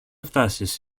φτιάσεις